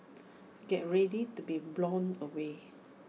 get ready to be blown away